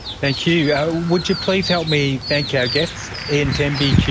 thank you. yeah would you please help me thank our guests ian temby qc,